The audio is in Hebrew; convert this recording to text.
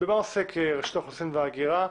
במה עוסקת ראשות האוכלוסין וההגירה.